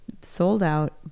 sold-out